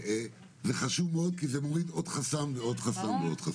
כי זה מוריד עוד חסם ועוד חסם.